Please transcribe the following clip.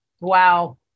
Wow